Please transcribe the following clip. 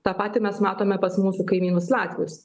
tą patį mes matome pas mūsų kaimynus latvius